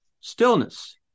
stillness